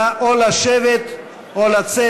או לשבת או לצאת,